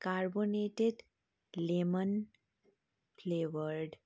carbonated lemon flavoured